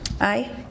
Aye